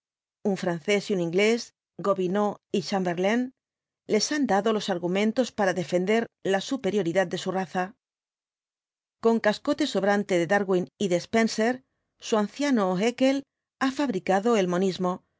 ün francés y un inglés gobineau y chamberlain les han dado los argumentos para defender la superioridad de su raza con cascote sobrante de darwin y de spencer su anciano haeckel ha fabricado el monismo